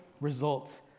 results